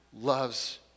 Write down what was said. Loves